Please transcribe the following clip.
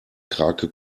krake